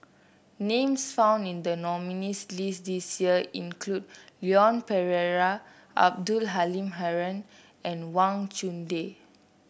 names found in the nominees' list this year include Leon Perera Abdul Halim Haron and Wang Chunde